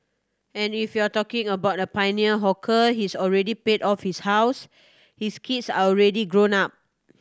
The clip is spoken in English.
and if you're talking about a pioneer hawker he's already paid off his house his kids are already grown up